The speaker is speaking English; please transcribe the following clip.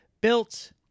built